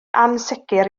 ansicr